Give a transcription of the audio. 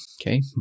okay